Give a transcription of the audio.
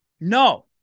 No